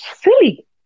silly